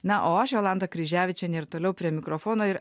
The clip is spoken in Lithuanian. na o aš jolanta kryževičienė ir toliau prie mikrofono ir